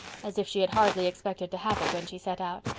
as if she had hardly expected to have it when she set out.